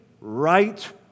right